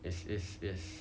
is is is